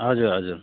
हजुर हजुर